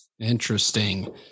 Interesting